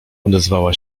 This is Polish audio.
odezwała